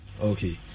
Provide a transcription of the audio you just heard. Okay